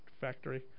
factory